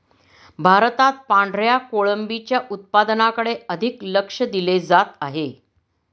भारतात पांढऱ्या कोळंबीच्या उत्पादनाकडे अधिक लक्ष दिले जात आहे